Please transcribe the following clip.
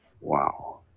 Wow